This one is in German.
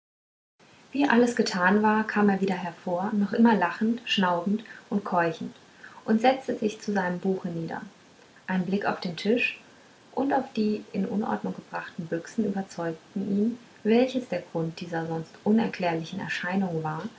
wie alles getan war kam er wieder hervor noch immer lachend schnaubend und keuchend und setzte sich zu seinem buche nieder ein blick auf den tisch und auf die in unordnung gebrachten büchsen überzeugte ihn welches der grund dieser sonst unerklärlichen erscheinung war